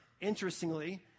Interestingly